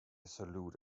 salute